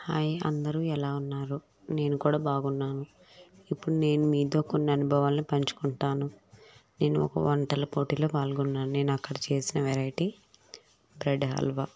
hi అందరూ ఎలా ఉన్నారు నేను కూడా బాగున్నాను ఇప్పుడు నేను మీతో కొన్ని అనుభవాలని పంచుకుంటాను నేను ఒక వంటల పోటీలో పాల్గొన్నాను నేను అక్కడ చేసిన వేరైటీ బ్రెడ్ హల్వా